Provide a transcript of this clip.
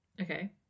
Okay